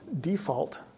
default